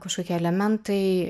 kažkokie elementai